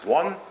one